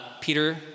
Peter